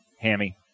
hammy